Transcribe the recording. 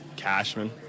Cashman